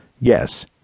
Yes